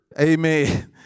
Amen